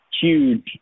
huge –